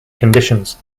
conditions